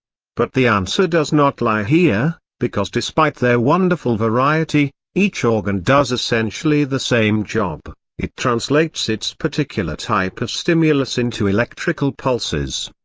but the answer does not lie here, because despite their wonderful variety, each organ does essentially the same job it translates its particular type of stimulus into electrical pulses.